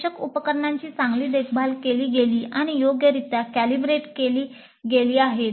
आवश्यक उपकरणांची चांगली देखभाल केली गेली आणि योग्यरित्या कॅलिब्रेट केली गेली आहेत